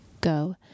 Go